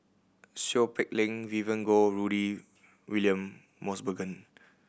Seow Peck Leng Vivien Goh Rudy William Mosbergen